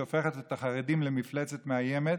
שהופכת את החרדים למפלצת מאיימת.